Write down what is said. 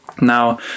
Now